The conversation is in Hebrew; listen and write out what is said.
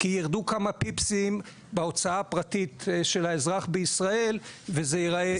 כי ירדו כמה פיפסים בהוצאה הפרטית של האזרח בישראל וזה יראה יפה.